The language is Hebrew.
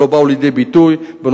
או בנושאים שלא באו לידי ביטוי בתחום